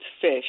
fish